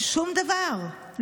שום דבר.